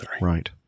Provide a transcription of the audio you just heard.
Right